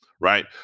Right